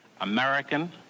American